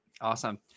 Awesome